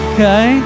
Okay